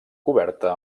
coberta